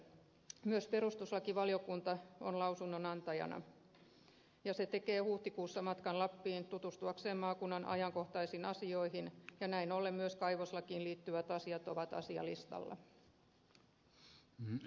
myös perustuslakivaliokunta on lausunnonantajana ja se tekee huhtikuussa matkan lappiin tutustuakseen maakunnan ajankohtaisiin asioihin ja näin ollen myös kaivoslakiin liittyvät asiat ovat asialistalla